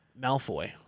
Malfoy